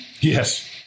Yes